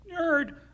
nerd